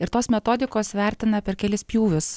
ir tos metodikos vertina per kelis pjūvius